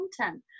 content